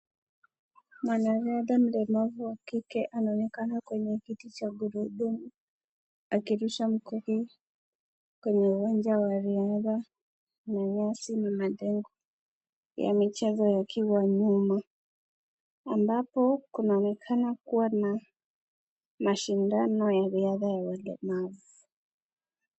Mwanadada mlemavu wa kike anaonekana kwenye kiti cha gurudumu akirusha mkuki kwenye uwanja wa riatha na nyasi, na madera ya michezo yakiwa nyuma ambapo kunaonekana kuwa na mashindano ya riatha ya walemavu.